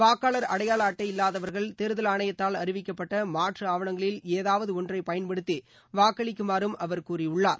வாக்காளர் அடையாள அட்டை இல்லாதவர்கள் தேர்தல் ஆணையத்தால் அறிவிக்கப்பட்ட மாற்று ஆவணங்களில் ஏதாவது ஒன்றை பயன்படுத்தி வாக்களிக்குமாறும் அவர் கூறியுள்ளார்